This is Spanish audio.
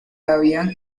habían